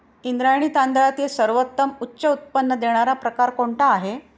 इंद्रायणी तांदळातील सर्वोत्तम उच्च उत्पन्न देणारा प्रकार कोणता आहे?